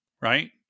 right